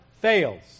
fails